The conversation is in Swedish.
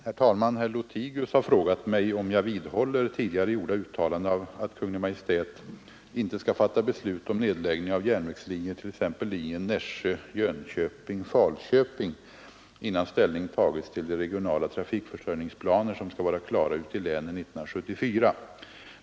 Herr talman! Herr Lothigius har frågat mig om jag vidhåller tidigare gjorda uttalanden att Kungl. Maj:t inte skall fatta beslut om nedläggning av järnvägslinjer, t.ex. linjen Nä Jönköping— Falköping, innan ställning tagits till de regionala trafikförsörjningsplaner som skall vara klara ute i länen 1974.